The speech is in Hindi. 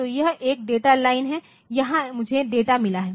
तो यह एक डेटा लाइन है यहां मुझे डेटा मिला है